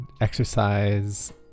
exercise